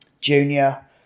Junior